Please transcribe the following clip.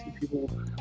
people